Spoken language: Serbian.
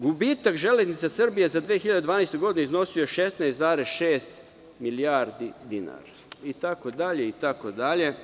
Gubitak železnica Srbije za 2012. godinu, iznosio je 16,6 milijardi dinara itd, itd.